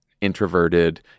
introverted